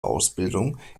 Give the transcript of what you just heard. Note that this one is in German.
ausbildung